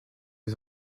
les